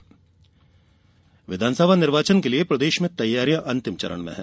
चुनाव तैयारी विधानसभा निर्वाचन के लिये प्रदेश में तैयारियां अंतिम चरण में है